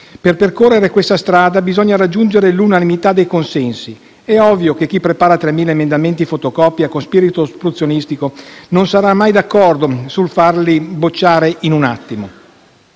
«Per percorrere questa strada bisogna raggiungere l'unanimità dei consensi». È ovvio che chi prepara 3.000 emendamenti fotocopia con spirito ostruzionistico non sarà mai d'accordo nel farseli respingere in un attimo.